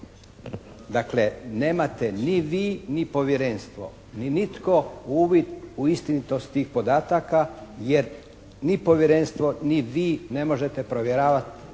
Dakle, nemate ni vi ni povjerenstvo, ni nitko uvid u istinitost tih podataka jer ni povjerenstvo ni vi ne možete provjeravati